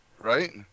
Right